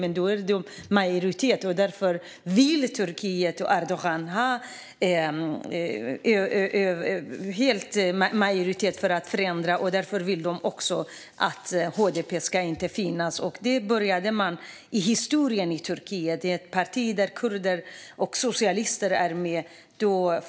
Erdogan vill ha majoritet för att förändra Turkiet, och därför vill man att HDP inte ska finnas. Historiskt i Turkiet var det ett parti där kurder och socialister var med.